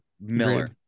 Miller